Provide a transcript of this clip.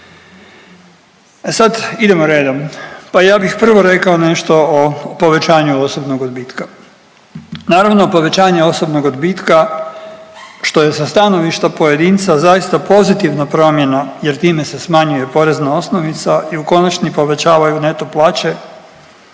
E sad idemo redom. Pa ja bih prvo rekao nešto o povećanju osobnog odbitka. Naravno povećanje osobnog odbitka što je sa stanovišta pojedinca zaista pozitivna promjena, jer time se smanjuje i porezna osnovica i u konačnici povećavaju neto plaće